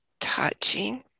touching